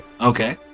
Okay